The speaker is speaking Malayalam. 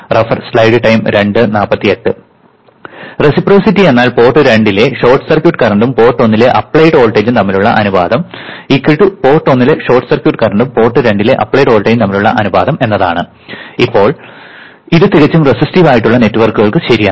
റെസിപ്രോസിറ്റി എന്നാൽ പോർട്ട് രണ്ടിലെ ഷോർട്ട് സർക്യൂട്ട് കറന്റും പോർട്ട് ഒന്നിലെ അപ്ലൈഡ് വോൾട്ടേജും തമ്മിലുള്ള അനുപാതം പോർട്ട് ഒന്നിലെ ഷോർട്ട് സർക്യൂട്ട് കറന്റും പോർട്ട് രണ്ടിലെ അപ്ലൈഡ് വോൾട്ടേജും തമ്മിലുള്ള അനുപാതം എന്നതാണ് ഇപ്പോൾ ഇത് തികച്ചും റെസിസ്റ്റീവ് ആയിട്ടുള്ള നെറ്റ്വർക്കുകൾക്ക് ശരിയാണ്